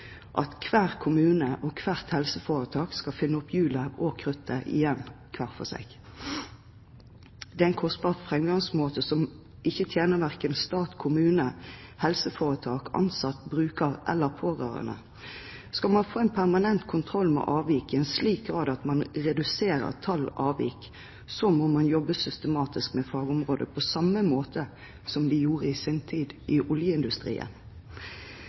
at hver kommune og hvert helseforetak skal finne opp hjulet og kruttet igjen hver for seg. Det er en kostbar framgangsmåte, som verken tjener stat, kommune, helseforetak, ansatt, bruker eller pårørende. Skal man få en permanent kontroll med avvik i en slik grad at man kan redusere avvik, må man jobbe systematisk med fagområdet, på samme måte som man i sin tid gjorde i oljeindustrien.